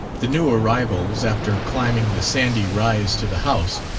the new arrivals, after climbing the sandy rise to the house,